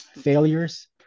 failures